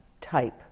type